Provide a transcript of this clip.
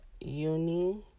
Uni